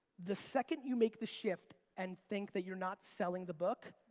the second you make the shift and think that you're not selling the book,